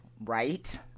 Right